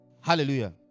Hallelujah